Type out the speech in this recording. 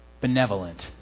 benevolent